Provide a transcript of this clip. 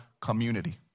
community